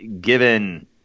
given